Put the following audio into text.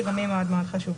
וביום שינה את זה בטבלאות שלו.